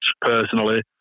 personally